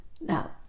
now